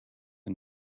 and